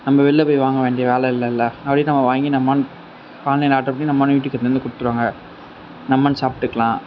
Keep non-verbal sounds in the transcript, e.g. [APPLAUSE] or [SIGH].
நம்ம வெளில போய் வாங்க வேண்டிய வேலை இல்லைல அப்டேயே நம்ம வாங்கி நம் [UNINTELLIGIBLE] ஆன்லைன் ஆர்ட்ரு பண்ணி நம்ம [UNINTELLIGIBLE] கொடுத்துருவாங்க நம்மளும் சாப்பிட்டுக்குலாம்